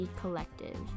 Collective